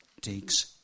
takes